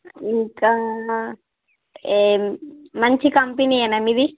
ఇంకా మంచి కంపినీయేనా మీది